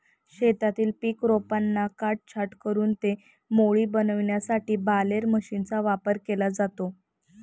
शेतातील पीक रोपांना काटछाट करून ते मोळी बनविण्यासाठी बालेर मशीनचा वापर केला जातो